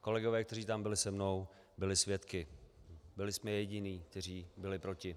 Kolegové, kteří tam byli se mnou, byli svědky, byli jsme jediní, kteří byli proti.